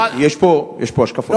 יש פה השקפה.